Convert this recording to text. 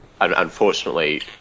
unfortunately